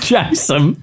Jason